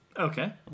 Okay